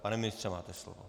Pane ministře, máte slovo.